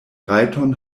rajton